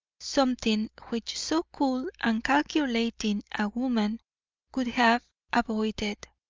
something which so cool and calculating a woman would have avoided,